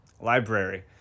library